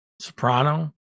Soprano